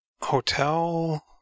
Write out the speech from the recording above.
hotel